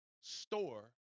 store